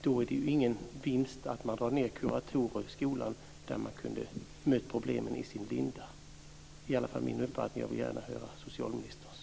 Det är ju ingen vinst med att dra in på kuratorer i skolan, där man kunde ha mött problemen i sin linda. Det är min uppfattning. Jag vill gärna höra socialministerns.